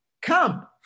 Come